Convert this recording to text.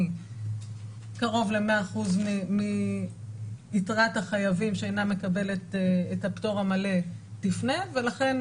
קרוב ל-100% מיתרת החייבים שאינה מקבלת את הפטור המלא תפנה ולכן